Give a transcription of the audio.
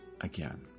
again